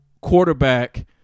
quarterback